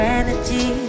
energy